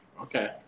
Okay